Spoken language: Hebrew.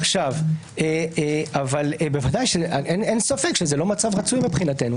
אבל אין ספק שזה לא מצב רצוי מבחינתנו.